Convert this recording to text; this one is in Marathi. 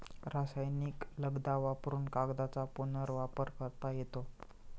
रासायनिक लगदा वापरुन कागदाचा पुनर्वापर करता येतो